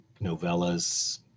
novellas